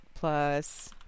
plus